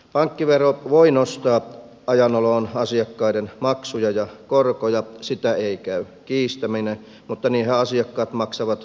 pankkivero voi nostaa ajan oloon asiakkaiden maksuja ja korkoja sitä ei käy kiistäminen mutta niinhän asiakkaat maksavat nykyisenkin kohelluksen